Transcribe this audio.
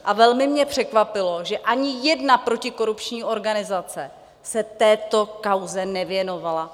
A velmi mě překvapilo, že ani jedna protikorupční organizace se této kauze nevěnovala.